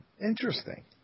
interesting